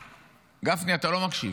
גפני, אתה לא מקשיב.